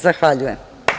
Zahvaljujem.